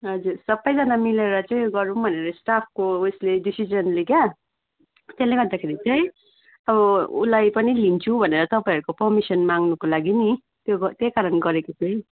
हजुर सबैजना मिलेर चाहिँ गरौँ भनेर स्टाफको उयसले डिसिजनले क्या त्यसले गर्दाखेरि चाहिँ अब उसलाई पनि लिन्छु भनेर चाहिँ तपाईँहरूको पर्मिसन माग्नुको लागि नि त्यही कारण गरेको थिएँ